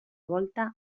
volta